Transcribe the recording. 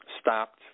stopped